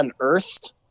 unearthed